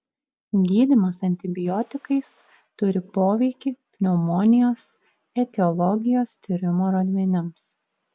gydymas antibiotikais turi poveikį pneumonijos etiologijos tyrimo rodmenims